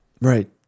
right